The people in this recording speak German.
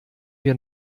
wir